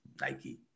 nike